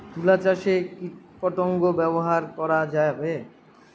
তুলা চাষে কীটপতঙ্গ ব্যবহার করা যাবে?